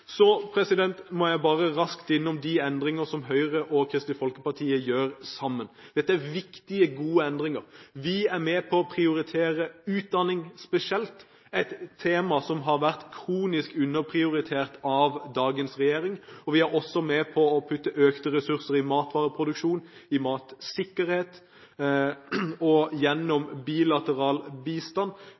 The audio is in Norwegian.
må jeg bare raskt innom de endringer som Høyre og Kristelig Folkeparti har sammen. Dette er viktige, gode endringer. Vi er med på å prioritere utdanning spesielt – et tema som har vært kronisk underprioritert av dagens regjering – og vi er også med på å øke ressursene til matvareproduksjon, til matsikkerhet, og gjennom bilateral bistand